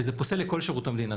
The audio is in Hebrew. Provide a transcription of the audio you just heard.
וזה פוסל לכל שירות המדינה,